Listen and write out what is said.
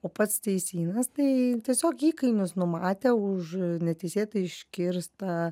o pats teisynas tai tiesiog įkainius numatė už neteisėtai iškirstą